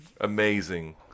amazing